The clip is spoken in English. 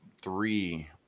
three